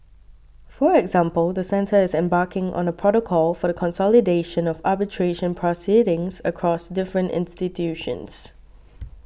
for example the centre is embarking on a protocol for the consolidation of arbitration proceedings across different institutions